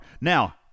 Now